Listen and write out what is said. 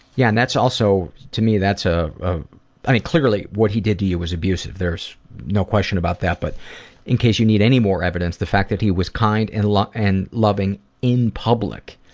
yeah, and that's also, to me that's. ah i mean clearly what he did to you was abuse, there's no question about that. but in case you need any more evidence, the fact that he was kind and and loving in public,